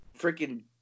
Freaking